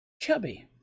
chubby